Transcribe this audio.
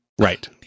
Right